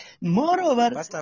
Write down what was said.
Moreover